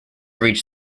reach